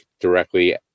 directly